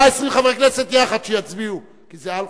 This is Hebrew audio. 120 חברי כנסת יחד שיצביעו, כי זה על-חוקתי.